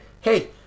Hey